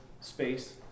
space